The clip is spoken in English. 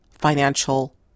financial